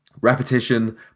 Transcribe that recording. repetition